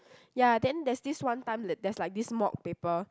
ya then there's this one time that there's like this mock paper